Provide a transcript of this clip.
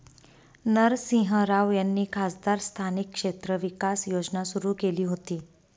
नरसिंह राव यांनी खासदार स्थानिक क्षेत्र विकास योजना सुरू केली होती